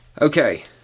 Okay